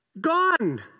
Gone